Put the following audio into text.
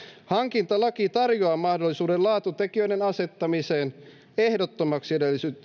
hankintalaki tarjoaa mahdollisuuden laatutekijöiden asettamiseen ehdottomaksi